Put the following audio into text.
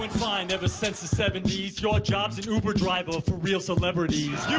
but fine ever since the seventy s your job's an uber driver for real celebrities. you